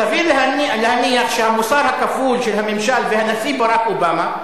סביר להניח שהמוסר הכפול של הממשל והנשיא ברק אובמה,